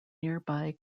nearby